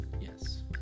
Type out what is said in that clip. Yes